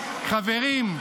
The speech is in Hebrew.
חברים,